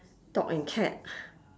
dog and cat